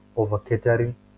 over-catering